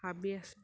হাবি আছে